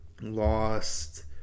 lost